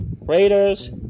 raiders